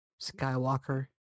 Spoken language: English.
Skywalker